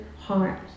heart